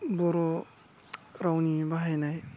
बर' रावनि बाहायनाय